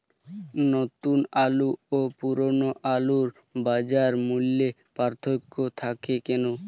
নতুন আলু ও পুরনো আলুর বাজার মূল্যে পার্থক্য থাকে কেন?